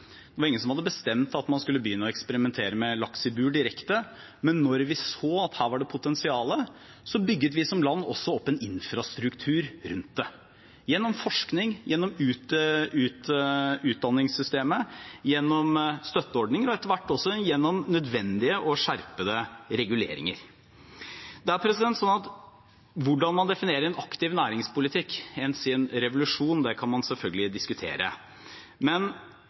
– var rettet et helt annet sted. Det var ingen som hadde bestemt at man skulle begynne å eksperimentere med laks i bur direkte, men da vi så at her var det potensial, bygget vi som land også opp en infrastruktur rundt det, gjennom forskning, gjennom utdanningssystemet, gjennom støtteordninger og etter hvert også gjennom nødvendige og skjerpede reguleringer. Hvordan man definerer en aktiv næringspolitikk, enn si en revolusjon, kan man selvfølgelig diskutere, men